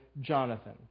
Jonathan